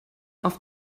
auf